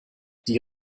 die